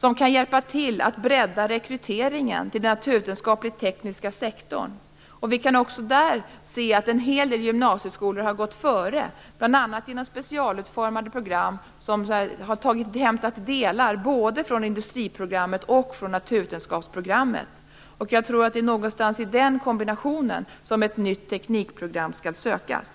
som kan hjälpa till att bredda rekryteringen till den naturvetenskaplig-tekniska sektorn. Vi kan också där se att en hel del gymnasieskolor har gått före, bl.a. genom specialutformade program, som har hämtat delar både från industriprogrammet och från naturvetarprogrammet. Jag tror att det är någonstans i den kombinationen som ett nytt teknikprogram skall sökas.